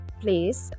place